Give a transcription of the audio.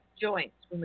joints